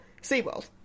SeaWorld